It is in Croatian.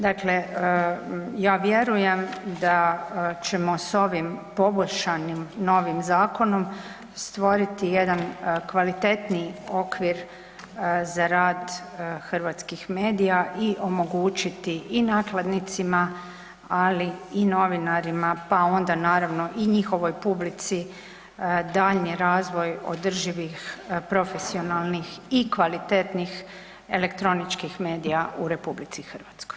Dakle, ja vjerujem da ćemo s ovim poboljšanim novim zakonom stvoriti jedan kvalitetniji okvir za rad hrvatskih medija i omogućiti i nakladnicima, ali i novinarima, pa onda naravno i njihovoj publici daljnji razvoj održivih profesionalnih i kvalitetnih elektroničkih medija u RH.